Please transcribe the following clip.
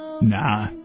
Nah